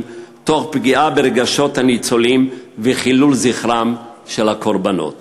תוך פגיעה ברגשות הניצולים וחילול זכר הקורבנות.